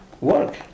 work